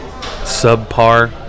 subpar